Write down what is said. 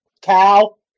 cow